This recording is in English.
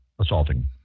assaulting